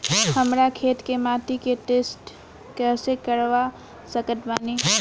हमरा खेत के माटी के टेस्ट कैसे करवा सकत बानी?